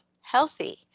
healthy